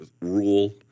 rule